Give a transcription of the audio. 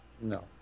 No